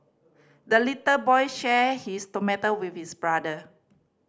the little boy shared his tomato with his brother